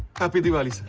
happy diwali!